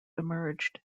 emerged